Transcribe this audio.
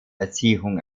erziehung